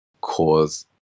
cause